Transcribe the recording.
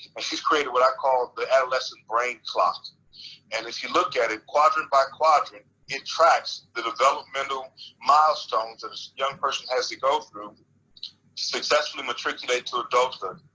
and she's created what i call the adolescent brain clock and if you look at it, quadrant by quadrant, it tracks the developmental milestones and young person has to go through successfully matriculate to adulthood.